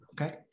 Okay